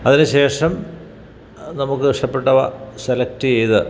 അതിന് ശേഷം നമുക്കിഷ്ടപ്പെട്ടവ സെലക്ട്യ്ത്